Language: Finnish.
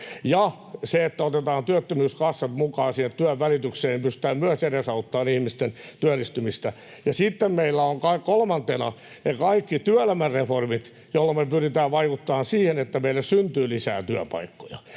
Ja sillä, että otetaan työttömyyskassat mukaan siihen työnvälitykseen, pystytään myös edesauttamaan ihmisten työllistymistä. Sitten meillä on kolmantena ne kaikki työelämäreformit, joilla me pyritään vaikuttamaan siihen, että meille syntyy lisää työpaikkoja.